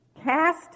Cast